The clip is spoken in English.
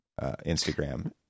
Instagram